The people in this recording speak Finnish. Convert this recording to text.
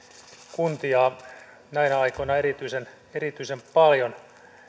kuntia näinä aikoina erityisen erityisen paljon